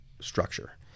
structure